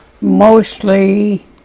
Mostly